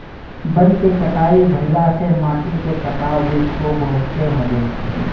वन के कटाई भाइला से माटी के कटाव भी खूब होत हवे